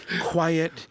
quiet